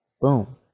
Boom